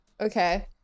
Okay